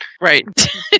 Right